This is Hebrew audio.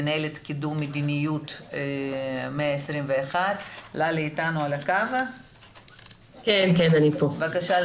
מנהלת קידום מדיניות 121. בבקשה,